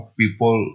people